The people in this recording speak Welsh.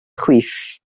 chwith